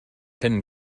hidden